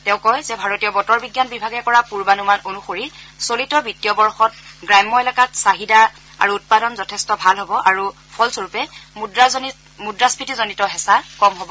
তেওঁ কয় যে ভাৰতীয় বতৰ বিজ্ঞান বিভাগে কৰা পূৰ্বানুমান অনুসৰি চলিত বিজ্ঞীয় বৰ্ষত গ্ৰাম্য এলেকাত চাহিদা আৰু উৎপাদন যথেষ্ট ভাল হ'ব আৰু ফলস্বৰূপে মুদ্ৰাস্ফীতিজনিত হেঁচা কম হ'ব